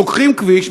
לוקחים כביש,